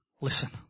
listen